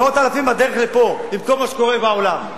מאות אלפים בדרך הנה, עם כל מה שקורה בעולם.